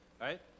Right